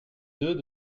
deux